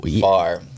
far